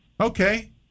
Okay